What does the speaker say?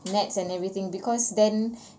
NETS and everything because then